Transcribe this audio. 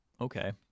Okay